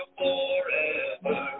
forever